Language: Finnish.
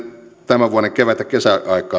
tämän vuoden kevät ja kesäaikaan